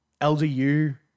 LDU